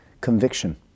conviction